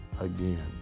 again